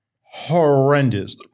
horrendous